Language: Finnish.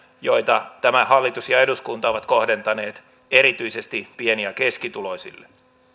joita tämä hallitus ja eduskunta ovat kohdentaneet erityisesti pieni ja keskituloisille